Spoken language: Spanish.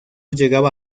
llegaba